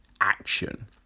action